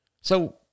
So